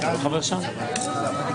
נבטל את